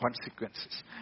consequences